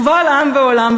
קבל עם ועולם,